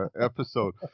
episode